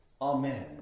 Amen